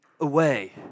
away